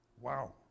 Wow